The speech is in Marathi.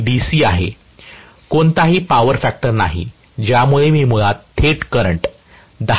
हे DC आहे कोणताही पॉवर फॅक्टर नाही ज्यामुळे मी मुळात थेट करंट 10 A गणना करू शकतो